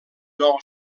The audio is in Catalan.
nou